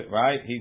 right